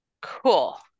Cool